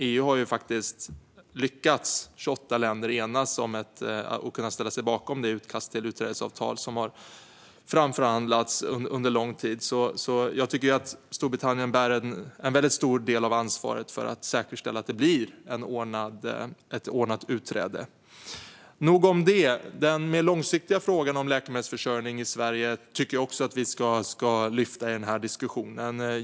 EU med 28 länder har lyckats enas att kunna ställa sig bakom det utkast till utträdesavtal som har framförhandlats under lång tid. Storbritannien bär en väldigt stor del av ansvaret för att säkerställa att det blir ett ordnat utträde. Nog om det. Den mer långsiktiga frågan om läkemedelsförsörjning tycker jag också att vi ska lyfta fram i diskussionen.